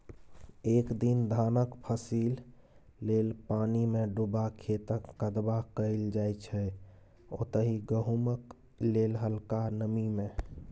एक दिस धानक फसिल लेल पानिमे डुबा खेतक कदबा कएल जाइ छै ओतहि गहुँमक लेल हलका नमी मे